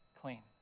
clean